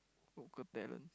local talent